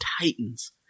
Titans